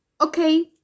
Okay